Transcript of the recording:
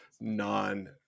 non-